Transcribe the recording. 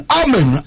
amen